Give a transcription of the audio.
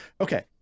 Okay